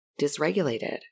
dysregulated